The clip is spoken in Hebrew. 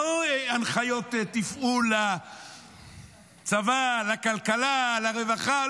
לא הנחיות תפעול לצבא, לכלכלה, לרווחה.